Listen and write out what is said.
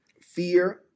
fear